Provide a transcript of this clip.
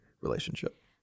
relationship